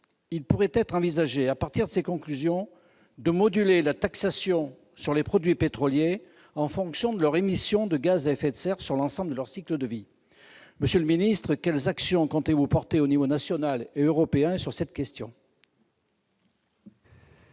Il pourrait être envisagé, à partir des conclusions de ce rapport, de moduler la taxation sur les produits pétroliers en fonction de leurs émissions de gaz à effet de serre sur l'ensemble de leur cycle de vie. Monsieur le ministre d'État, quelles actions comptez-vous promouvoir aux niveaux national et européen sur ce sujet ?